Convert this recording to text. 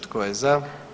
Tko je za?